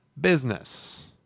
business